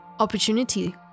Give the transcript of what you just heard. opportunity